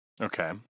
Okay